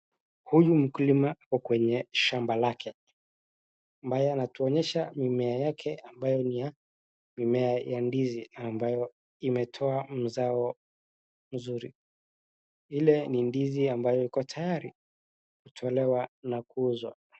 Huyu mkulima ako kwenye shamba lake ambaye anatuonyesha mimea yake ambayo ni ya mimea ya ndizi ambayo imetoa mzao mzuri. Ile ni ndizi ambayo iko tayari kutolewa na kuuzwa.